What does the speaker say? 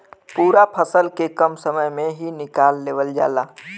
पूरा फसल के कम समय में ही निकाल लेवल जाला